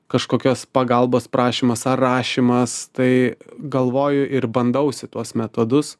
kažkokios pagalbos prašymas ar rašymas tai galvoju ir bandausi tuos metodus